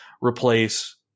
replace